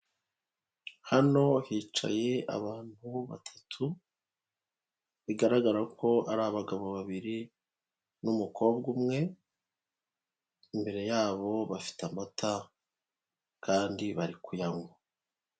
Hano hicaye abantu batatu, bigaragara ko ari abagabo biri n'umukobwa umwe, imbere yabo bafite amata, kandi bari kuyanywa.